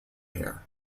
here